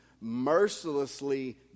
mercilessly